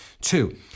Two